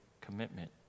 commitment